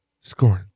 scoring